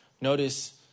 Notice